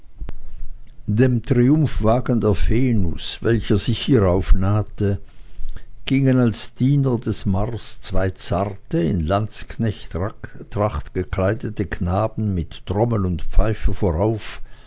dem triumphwagen der venus welcher sich hierauf nahte gingen als diener des mars zwei zarte in landsknechttracht gekleidete knaben mit trommel und pfeife vorauf